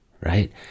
right